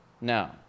Now